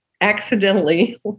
accidentally